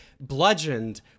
bludgeoned